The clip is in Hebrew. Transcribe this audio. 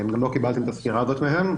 גם לא קיבלתם את הסקירה הזאת מהם,